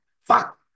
Fuck